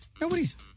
Nobody's